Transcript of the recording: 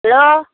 hello